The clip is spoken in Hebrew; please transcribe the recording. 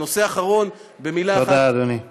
ונושא אחרון, במילה אחת, תודה, אדוני.